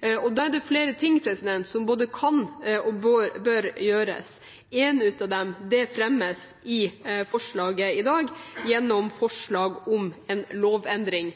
Da er det flere ting som både kan og bør gjøres. Én av dem fremmes i forslaget i dag gjennom forslag om en lovendring.